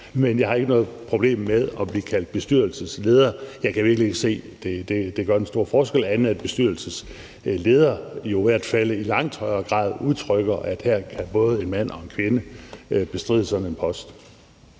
men jeg har ikke noget problem med at blive kaldt bestyrelsesleder; jeg kan virkelig ikke se, det gør den store forskel, andet end at bestyrelsesleder jo i hvert fald i langt højere grad udtrykker, at her både en mand og en kvinde bestride sådan en post.